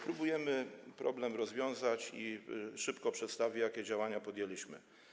Próbujemy ten problem rozwiązać i szybko przedstawię, jakie działania podjęliśmy.